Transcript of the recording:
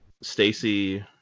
stacy